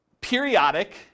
periodic